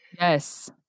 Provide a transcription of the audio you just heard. Yes